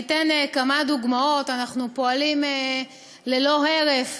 אתן כמה דוגמאות: אנחנו פועלים ללא הרף